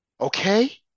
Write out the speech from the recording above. Okay